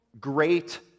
great